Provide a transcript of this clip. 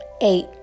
Eight